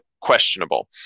questionable